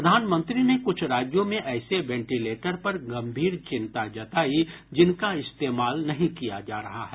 प्रधानमंत्री ने कुछ राज्यों में ऐसे वेंटीलेटर पर गंभीर चिंता जताई जिनका इस्तेमाल नहीं किया जा रहा है